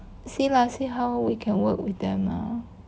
see lah see how we can work with them ah